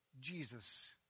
Jesus